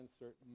insert